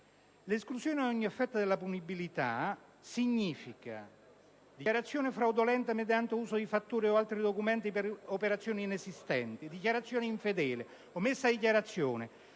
L'esclusione ad ogni effetto della punibilità riguarda fattispecie come: dichiarazione fraudolenta mediante uso di fatture o altri documenti per operazioni inesistenti; dichiarazione infedele; omessa dichiarazione;